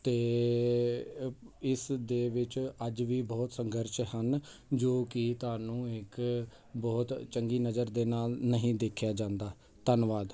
ਅਤੇ ਇਸ ਦੇ ਵਿੱਚ ਅੱਜ ਵੀ ਬਹੁਤ ਸੰਘਰਸ਼ ਹਨ ਜੋ ਕਿ ਤੁਹਾਨੂੰ ਇੱਕ ਬਹੁਤ ਚੰਗੀ ਨਜ਼ਰ ਦੇ ਨਾਲ ਨਹੀਂ ਦੇਖਿਆ ਜਾਂਦਾ ਧੰਨਵਾਦ